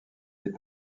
des